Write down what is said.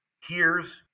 hears